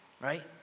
Right